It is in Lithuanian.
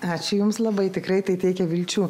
ačiū jums labai tikrai tai teikia vilčių